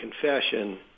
confession